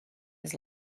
his